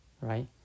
right